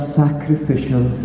sacrificial